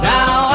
Now